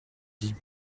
dit